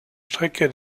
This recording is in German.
strecke